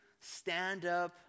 stand-up